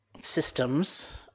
systems